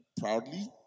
proudly